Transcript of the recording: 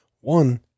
One